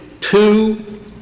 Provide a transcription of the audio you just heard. two